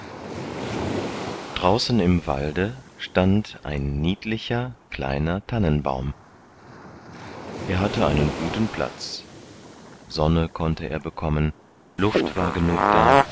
draußen im walde stand ein niedlicher kleiner tannenbaum er hatte einen guten platz sonne konnte er bekommen luft war genug da